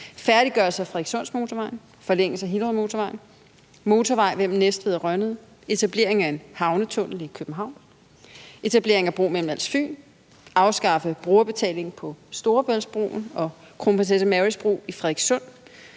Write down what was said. færdiggørelse af Frederikssundsmotorvejen; forlængelse af Hillerødmotorvejen; motorvej mellem Næstved og Rønnede; etablering af en havnetunnel i København; etablering af en bro mellem Als og Fyn; afskaffelse af brugerbetaling på Storebæltsbroen og Kronprinsesse Marys Bro i Frederikssund;